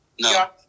No